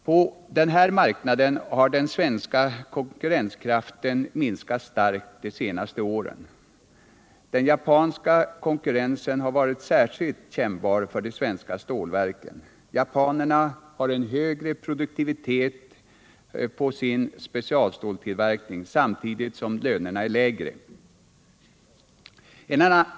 På denna marknad har den svenska konkurrenskraften minskat starkt de senaste åren. Den japanska konkurrensen har varit särskilt kännbar för de svenska stålverken. Japanerna har en högre produktivitet på sin specialståltillverkning, samtidigt som lönerna är lägre.